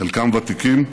חלקם ותיקים.